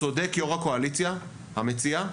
צודק יו"ר הקואליציה, המציע,